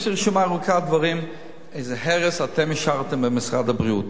יש לי רשימה ארוכה של דברים ואיזה הרס אתם השארתם במשרד הבריאות.